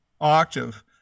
octave